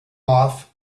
off